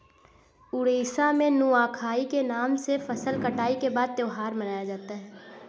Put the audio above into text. उड़ीसा में नुआखाई के नाम से फसल कटाई के बाद त्योहार मनाया जाता है